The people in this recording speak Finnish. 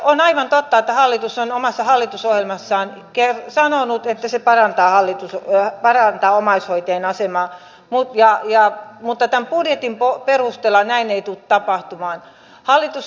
on aivan totta että hallitus on omassa hallitusohjelmassaan sanonut että se parantaa omaishoitajien asemaa mutta tämän budjetin perusteella näin ei tule tapahtumaan